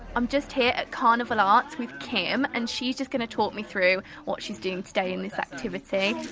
um just here at carnival arts with kim and she's just going to talk me through what she's doing today in this activity.